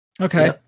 Okay